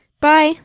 Bye